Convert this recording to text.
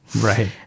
Right